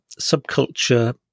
subculture